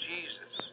Jesus